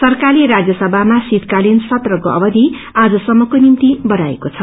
सरकारले राज्यसभामा शीतकालिन सत्रको अवधि आजसम्मको निम्ति बढ़ाएको छ